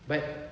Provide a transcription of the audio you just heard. but